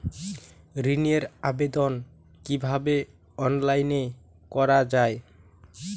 ঋনের আবেদন কিভাবে অনলাইনে করা যায়?